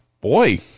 boy